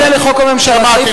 אני מפנה לחוק הממשלה, סעיף 1(א).